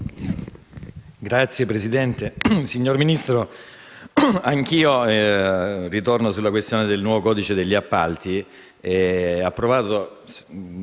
BRUNI *(CoR)*. Signor Ministro, anch'io ritorno sulla questione del nuovo codice degli appalti,